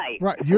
right